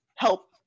help